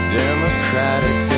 democratic